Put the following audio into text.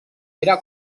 era